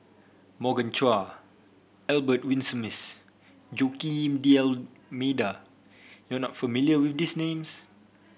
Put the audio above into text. Morgan Chua Albert Winsemius Joaquim D 'Almeida you are not familiar with these names